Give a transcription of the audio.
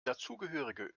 dazugehörige